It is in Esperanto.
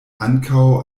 ankaŭ